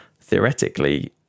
theoretically